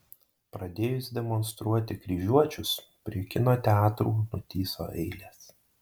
pradėjus demonstruoti kryžiuočius prie kino teatrų nutįso eilės